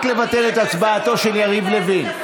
רק לבטל את הצבעתו של יריב לוין.